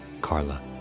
Carla